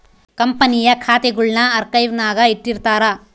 ಕಂಪನಿಯ ಖಾತೆಗುಳ್ನ ಆರ್ಕೈವ್ನಾಗ ಇಟ್ಟಿರ್ತಾರ